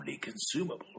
consumable